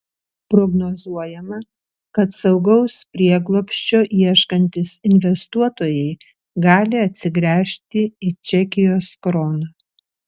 prognozuojama kad saugaus prieglobsčio ieškantys investuotojai gali atsigręžti į čekijos kroną